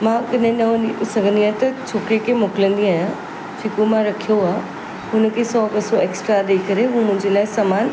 मां कॾहिं न वञी सघंदी आहियां त छोकिरे खे मोकिलंदी आहियां जेको मां रखियो आहे हुनखे सौ ॿ सौ एक्स्ट्रा ॾेइ करे उहो मुंहिंजे लाइ समान